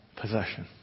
possession